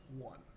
one